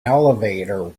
elevator